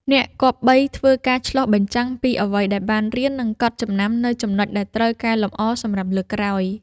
អ្នកគប្បីធ្វើការឆ្លុះបញ្ចាំងពីអ្វីដែលបានរៀន និងកត់ចំណាំនូវចំណុចដែលត្រូវកែលម្អសម្រាប់លើកក្រោយ។